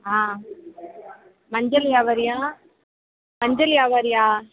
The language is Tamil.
ஆ மஞ்சள் வியாபாரியா மஞ்சள் வியாபாரியா